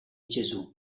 gesù